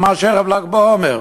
ממש ערב ל"ג בעומר.